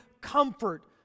comfort